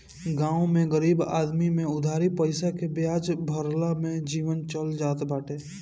गांव में गरीब आदमी में उधारी पईसा के बियाजे भरला में जीवन चल जात बाटे